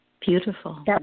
Beautiful